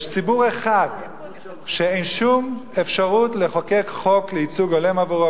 יש ציבור אחד שאין שום אפשרות לחוקק חוק לייצוג הולם עבורו,